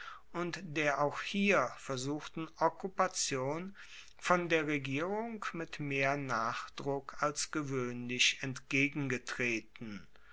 und der auch hier versuchten okkupation von der regierung mit mehr nachdruck als gewoehnlich entgegengetreten